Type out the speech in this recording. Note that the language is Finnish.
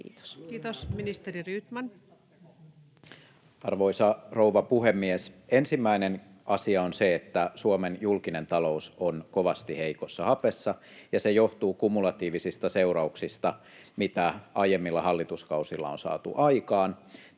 Kiitos. — Ministeri Rydman. Arvoisa rouva puhemies! Ensimmäinen asia on se, että Suomen julkinen talous on kovasti heikossa hapessa, ja se johtuu kumulatiivisista seurauksista siitä, mitä aiemmilla hallituskausilla on saatu aikaan.